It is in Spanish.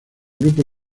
grupo